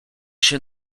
się